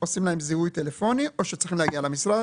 אנחנו עושים להם זיהוי טלפוני או שהם צריכים להגיע למשרד,